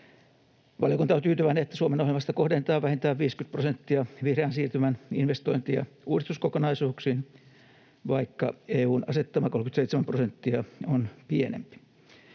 Valiokunta on tyytyväinen, että Suomen ohjelmasta kohdennetaan vähintään 50 prosenttia vihreän siirtymän investointi- ja uudistuskokonaisuuksiin, vaikka EU:n asettama 37 prosenttia on pienempi.